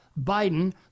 Biden